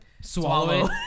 swallow